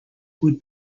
would